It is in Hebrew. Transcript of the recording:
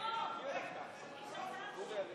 אנחנו עוברים,